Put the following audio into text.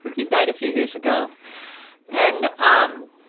he died a few years ago and um